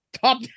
Top